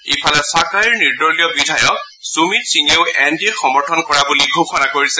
ইফালে চাকাইৰ নিৰ্দলীয় বিধায়ক সুমিত সিঙেও এন ডি এক সমৰ্থন কৰা বুলি ঘোষণা কৰিছে